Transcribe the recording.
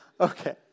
Okay